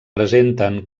presenten